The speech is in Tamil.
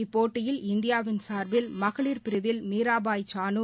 இப்போட்டியில் இந்தியாவின் சார்பில் மகளிர் பிரிவில் மீராபாய் சானு